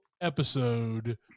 episode